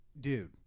Dude